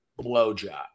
blowjob